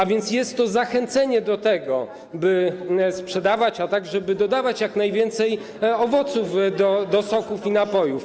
A więc jest to zachęcenie do tego, by je sprzedawać, a także do tego, by dodawać jak najwięcej owoców do soków i napojów.